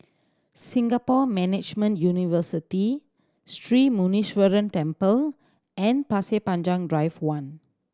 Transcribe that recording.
Singapore Management University Sri Muneeswaran Temple and Pasir Panjang Drive One